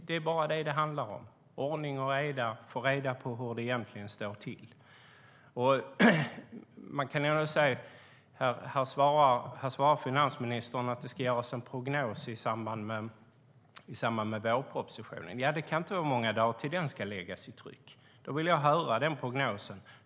Det är bara det som det handlar om: ordning och reda, att få reda på hur det egentligen står till. Här svarar finansministern att det ska göras en prognos i samband med vårpropositionen. Det kan inte vara många dagar tills den ska gå i tryck. Då vill jag höra den prognosen.